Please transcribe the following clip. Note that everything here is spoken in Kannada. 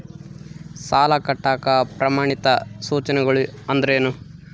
ಸಾಲ ಕಟ್ಟಾಕ ಪ್ರಮಾಣಿತ ಸೂಚನೆಗಳು ಅಂದರೇನು?